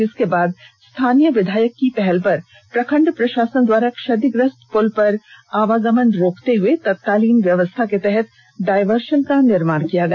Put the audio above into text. जिसके बाद स्थानीय विधायक की पहल पर प्रखंड प्रशासन द्वारा क्षतिग्रस्त पुल पर आवागमन को रोकते हुए तत्कालीन व्यवस्था के तहत डायवर्सन का निर्माण कराया गया